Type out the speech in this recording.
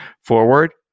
forward